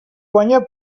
guanya